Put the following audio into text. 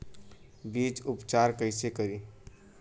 बीज उपचार कईसे करी?